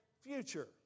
future